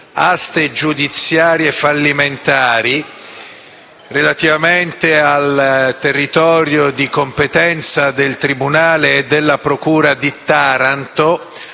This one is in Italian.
aste giudiziarie fallimentari relative al territorio di competenza del tribunale e della procura di Taranto